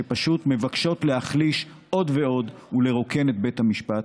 שפשוט מבקשות להחליש עוד ועוד ולרוקן את בית המשפט